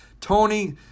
Tony